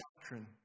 doctrine